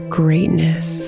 greatness